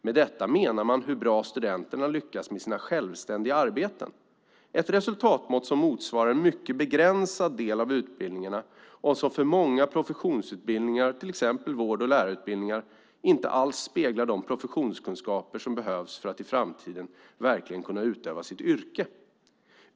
Med detta menar man hur bra studenterna lyckas med sina självständiga arbeten, ett resultatmått som motsvarar en mycket begränsad del av utbildningarna och som för många professionsutbildningar, till exempel vård och lärarutbildningar, inte alls speglar de professionskunskaper som behövs för att i framtiden verkligen kunna utöva sitt yrke.